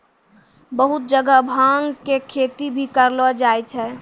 बहुत जगह भांग के खेती भी करलो जाय छै